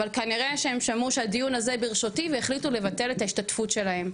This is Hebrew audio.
אבל כנראה שהם שמעו שהדיון הזה ברשותי והחליטו לבטל את ההשתתפות שלהם.